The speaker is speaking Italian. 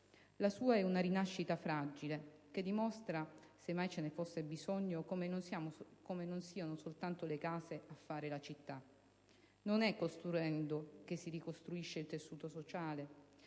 La sua è una rinascita fragile che dimostra, se mai ce ne fosse bisogno, come non siano solo le case a fare una città. Non è ricostruendo che si ricostruisce il tessuto sociale,